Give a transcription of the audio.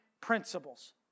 principles